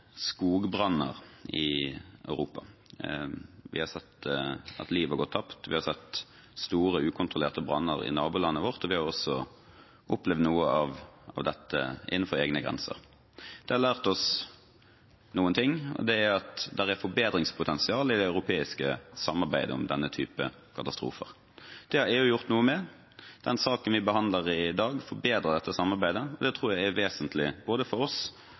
skogbranner i Europa. Vi har sett at liv har gått tapt, vi har sett store, ukontrollerte branner i nabolandet vårt, og vi har også opplevd noe av dette innenfor egne grenser. Det har lært oss noe, og det er at det er forbedringspotensial i det europeiske samarbeidet om denne typen katastrofer. Det har EU gjort noe med. Den saken vi behandler i dag, forbedrer dette samarbeidet, og det tror jeg er vesentlig både for oss